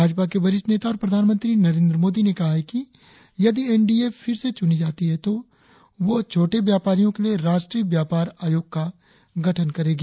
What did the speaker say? भाजपा के वरिष्ठ नेता और प्रधानमंत्री नरेंद्र मोदी ने कहा है कि यदि एनडीए फिर से चुनी जाती है तों वो छोटे व्यापारियों के लिए राष्ट्रीय व्यापार आयोग का गठन करेगी